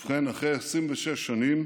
ובכן, אחרי 26 שנים